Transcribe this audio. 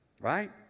right